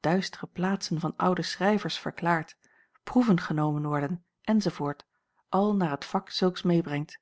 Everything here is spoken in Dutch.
duistere plaatsen van oude schrijvers verklaard proeven genomen worden enz al naar het vak zulks medebrengt